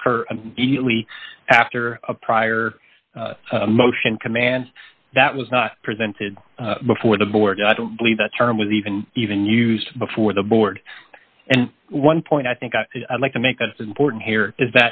to occur only after a prior motion commands that was not presented before the board i don't believe that term was even even used before the board and one point i think i'd like to make that's important here is